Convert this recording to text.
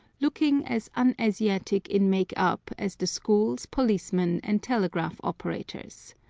looking as un-asiatic in make-up as the schools, policemen, and telegraph-operators.